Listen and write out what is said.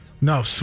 No